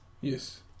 yes